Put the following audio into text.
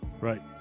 Right